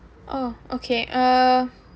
oh okay uh